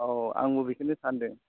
औ आंबो बेखौनो सान्दों